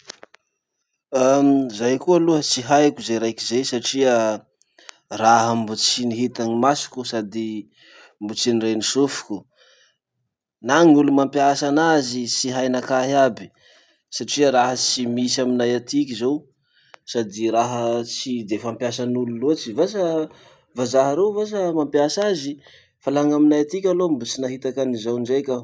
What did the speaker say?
Zay koa aloha tsy haiko ze raiky zay satria raha mbo tsy nihitany masoko sady mbo tsy nireny sofiko. Na gn'olo mampiasa anazy tsy hay nakahy aby, satria raha tsy misy aminay atiky zao sady raha tsy de fampiasan'olo loatry. Vasa vazaha reo vasa mampiasa azy, fa laha gn'aminay etiky aloha mbo tsy nahitaky anizao indraiky aho.